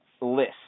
list